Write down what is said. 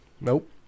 Nope